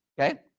Okay